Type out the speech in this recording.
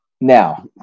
Now